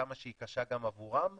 כמה שהיא קשה גם עבורם --- כן,